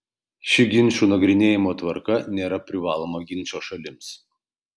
ši ginčų nagrinėjimo tvarka nėra privaloma ginčo šalims